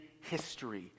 history